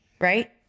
right